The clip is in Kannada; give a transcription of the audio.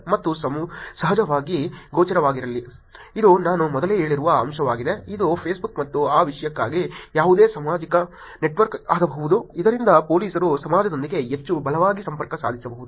ಮತ್ತು ಸಹಜವಾಗಿ ಗೋಚರವಾಗಿರಿ ಇದು ನಾನು ಮೊದಲೇ ಹೇಳಿರುವ ಅಂಶವಾಗಿದೆ ಇದು ಫೇಸ್ಬುಕ್ ಮತ್ತು ಆ ವಿಷಯಕ್ಕಾಗಿ ಯಾವುದೇ ಸಾಮಾಜಿಕ ನೆಟ್ವರ್ಕ್ ಆಗಬಹುದು ಇದರಿಂದ ಪೊಲೀಸರು ಸಮಾಜದೊಂದಿಗೆ ಹೆಚ್ಚು ಬಲವಾಗಿ ಸಂಪರ್ಕ ಸಾಧಿಸಬಹುದು